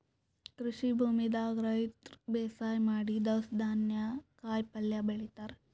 ಕೃಷಿ ಭೂಮಿದಾಗ್ ರೈತರ್ ಬೇಸಾಯ್ ಮಾಡಿ ದವ್ಸ್ ಧಾನ್ಯ ಕಾಯಿಪಲ್ಯ ಬೆಳಿತಾರ್